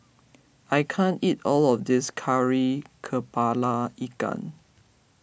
I can't eat all of this Kari Kepala Ikan